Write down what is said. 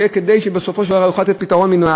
כדי שבסופו של דבר הוא יוכל לתת פתרון מינימלי.